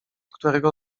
którego